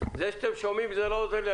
זה שאתם שומעים לא עוזר לי.